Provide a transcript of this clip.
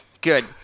good